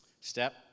Step